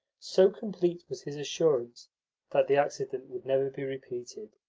so complete was his assurance that the accident would never be repeated.